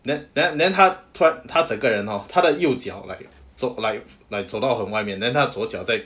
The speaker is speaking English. then then then 他他整个人 hor 他的右脚 like like like 走到很外面 then 他左脚在